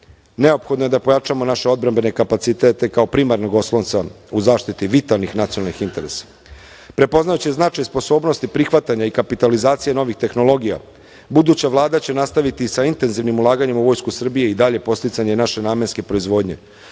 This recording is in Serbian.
neophodno je da pojačamo naše odbrambene kapacitete kao primarnog oslonca u zaštiti vitalnih nacionalnih interesa. Prepoznajući značaj, sposobnost i prihvatanje i kapitalizacije novih tehnologija, buduća Vlada će nastaviti sa intenzivnim ulaganjima u Vojsku Srbije i dalje podsticanje naše namenske proizvodnje.